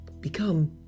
become